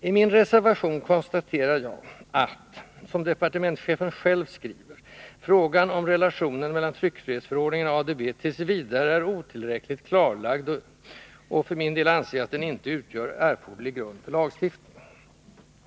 I min reservation konstaterar jag att — som departementschefen själv skriver — frågan om relationen mellan tryckfrihetsförordningen och ADB t. v. är otillräckligt klarlagd, och för min del anser jag inte att den utgör erforderlig grund för lagstiftning.